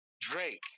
Drake